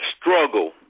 struggle